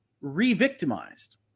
re-victimized